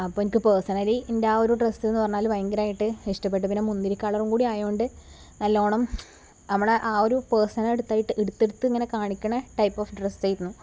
അപ്പോള് എനിക്ക് പേഴ്സണലി എൻ്റെ ആ ഒരു ഡ്രസ്സ് എന്നു പറഞ്ഞാൽ ഭയങ്കരമായിട്ട് ഇഷ്ടപ്പെട്ടു പിന്നെ മുന്തിരി കളറും കൂടി ആയതുകൊണ്ട് നല്ലവണ്ണം നമ്മുടെ ആ ഒരു പേഴ്സനെ എടുത്തെടത്ത് കാണിക്കുന്ന ടൈപ്പ് ഓഫ് ഡ്രസ്സായിരുന്നു